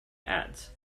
ads